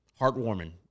heartwarming